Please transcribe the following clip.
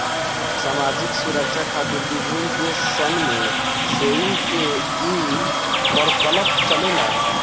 सामाजिक सुरक्षा खातिर विभिन्न देश सन में सेविंग्स के ई प्रकल्प चलेला